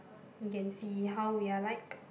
you can see how we are like